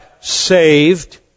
saved